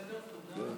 תודה.